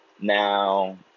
Now